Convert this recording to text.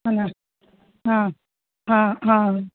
அந்த ஆ ஆ ஆ